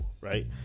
right